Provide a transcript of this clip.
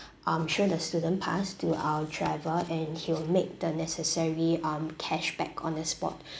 um show the student pass to our driver and he will make the necessary um cashback on the spot